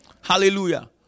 Hallelujah